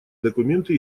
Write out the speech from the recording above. документы